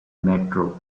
metro